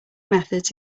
methods